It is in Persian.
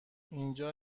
اینجا